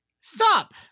Stop